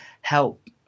help